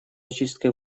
очисткой